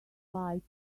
fight